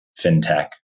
fintech